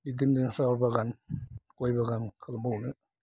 बिदिनो साहा बागान गय बागान खालामबावनो